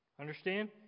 Understand